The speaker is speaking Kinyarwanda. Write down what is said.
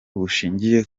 bushingiye